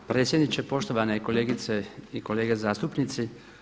Predsjedniče, poštovane kolegice i kolege zastupnici.